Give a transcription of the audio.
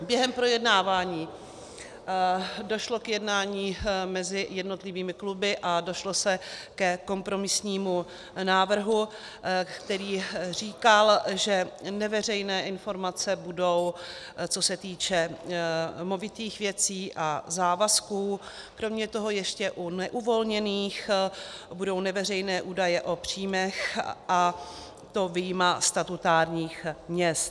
Během projednávání došlo k jednání mezi jednotlivými kluby a došlo se ke kompromisnímu návrhu, který říkal, že neveřejné informace budou, co se týče movitých věcí a závazků, kromě toho ještě u neuvolněných budou neveřejné údaje o příjmech, a to vyjma statutárních měst.